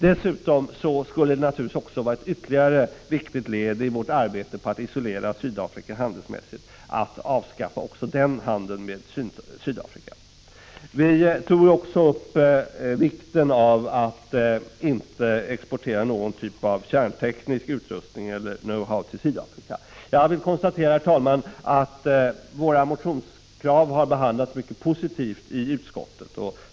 Dessutom skulle det naturligtvis vara ytterligare ett viktigt led i arbetet på att isolera Sydafrika handelsmässigt att avskaffa också den handeln med Sydafrika. Vi tog också upp vikten av att inte exportera någon typ av kärnteknisk utrustning eller know-how till Sydafrika. Jag vill konstatera, herr talman, att våra motionskrav har behandlats mycket positivt i utskottet.